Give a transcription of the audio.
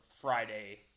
Friday